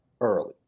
early